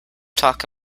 talk